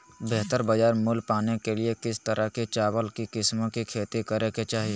बेहतर बाजार मूल्य पाने के लिए किस तरह की चावल की किस्मों की खेती करे के चाहि?